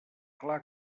clar